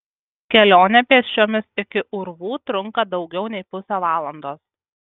kelionė pėsčiomis iki urvų trunka daugiau nei pusę valandos